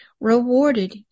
rewarded